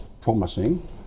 promising